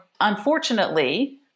unfortunately